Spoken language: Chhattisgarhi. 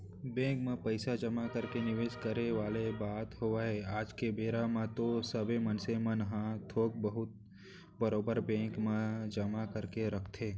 बेंक म पइसा जमा करके निवेस करे वाले बात होवय आज के बेरा म तो सबे मनसे मन ह थोक बहुत बरोबर बेंक म जमा करके रखथे